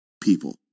people